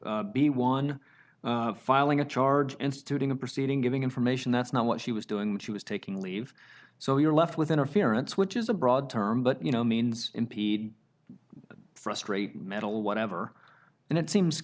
the one filing a charge instituting a proceeding giving information that's not what she was doing when she was taking leave so you're left with interference which is a broad term but you know means impede frustrate metal whatever and it seems